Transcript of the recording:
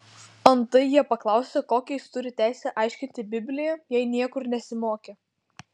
antai jie paklausė kokią jis turi teisę aiškinti bibliją jei niekur nesimokė